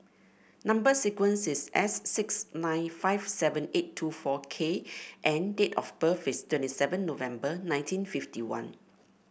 number sequence is S six nine five seven eight two four K and date of birth is twenty seven November nineteen fifty one